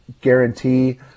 guarantee